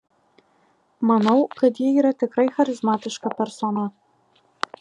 manau kad ji yra tikrai charizmatiška persona